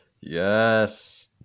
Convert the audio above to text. Yes